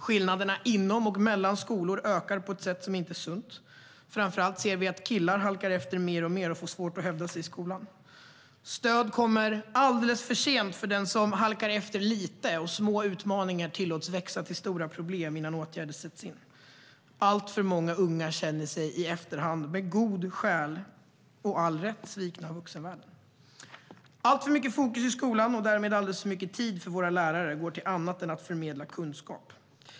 Skillnaderna inom och mellan skolor ökar på ett sätt som inte är sunt. Framför allt ser vi att killar halkar efter mer och mer och får svårt att hävda sig i skolan. Stöd kommer alldeles för sent för den som halkar efter lite, och små utmaningar tillåts växa till stora problem innan åtgärder sätts in. Alltför många unga känner sig i efterhand, av goda skäl och med all rätt, svikna av vuxenvärlden. Alltför mycket fokus i skolan, och därmed alldeles för mycket tid för våra lärare, går till annat än att förmedla kunskap.